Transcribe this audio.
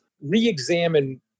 re-examine